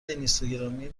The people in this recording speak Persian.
اینستاگرامی